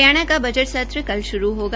हरियाणा का बजट सत्र कल शुरू होगा